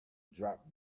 dropped